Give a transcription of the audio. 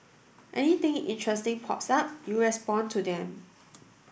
anything interesting pops up you respond to them